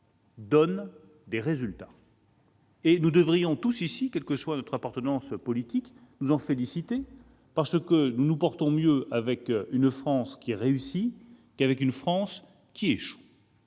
donne des résultats et nous devrions tous, ici, nous en féliciter, quelle que soit notre appartenance politique, parce que nous nous portons mieux avec une France qui réussit qu'avec une France qui échoue.